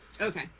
Okay